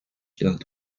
داد